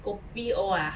kopi o ah